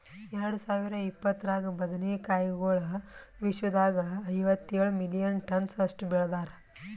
ಎರಡು ಸಾವಿರ ಇಪ್ಪತ್ತರಾಗ ಬದನೆ ಕಾಯಿಗೊಳ್ ವಿಶ್ವದಾಗ್ ಐವತ್ತೇಳು ಮಿಲಿಯನ್ ಟನ್ಸ್ ಅಷ್ಟು ಬೆಳದಾರ್